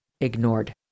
ignored